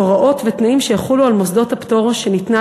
הוראות ותנאים שיחולו על מוסדות הפטור שניתנה